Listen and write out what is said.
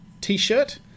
t-shirt